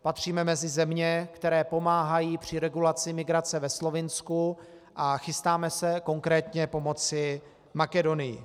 Patříme mezi země, které pomáhají při regulaci migrace ve Slovinsku, a chystáme se konkrétně pomoci v Makedonii.